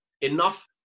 enough